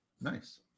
Nice